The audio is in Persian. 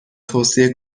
توصیه